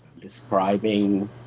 Describing